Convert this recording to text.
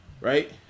right